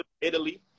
Italy